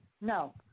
No